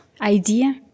idea